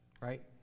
right